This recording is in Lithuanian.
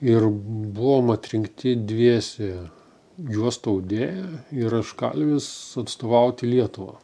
ir buvom atrinkti dviese juostų audėja ir aš kalvis atstovauti lietuvą